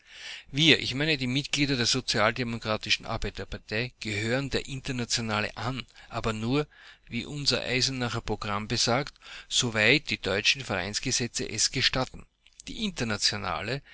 ich meine die mitglieder der sozialdemokratischen arbeiterpartei gehören der internationale an aber nur wie unser eisenacher programm besagt soweit die deutschen vereinsgesetze es gestatten die internationale